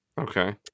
okay